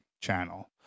channel